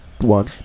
one